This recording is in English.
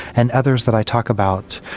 and others that i talk about,